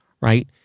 right